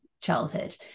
childhood